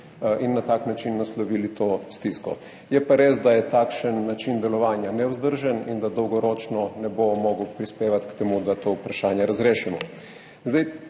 in na tak način naslovili to stisko. Je pa res, da je takšen način delovanja nevzdržen in da dolgoročno ne bo mogel prispevati k temu, da to vprašanje razrešimo.